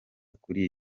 kuri